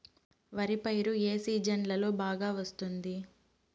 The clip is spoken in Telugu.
వరి పైరు ఏ సీజన్లలో బాగా వస్తుంది